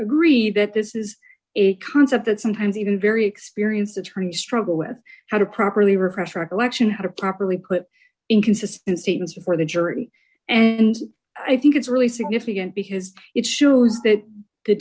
agree that this is a concept that sometimes even a very experienced attorney struggle with how to properly refresh recollection how to properly put inconsistent statements before the jury and i think it's really significant because it shows that the